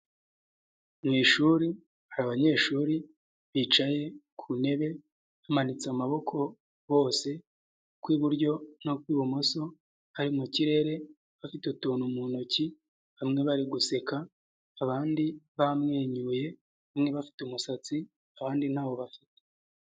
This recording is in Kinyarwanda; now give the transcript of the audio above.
Mu ishuri, hari abanyeshuri bicaye ku ntebe bamanitse amaboko bose, ukw'iburyo n'ukw'ibumoso, bari mu kirere bafite utuntu mu ntoki, bamwe bari guseka abandi bamwenyuye, bamwe bafite umusatsi abandi ntawo bafite.